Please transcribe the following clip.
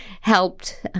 helped